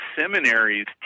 seminaries